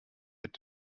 mit